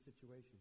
situation